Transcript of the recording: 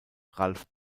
ralph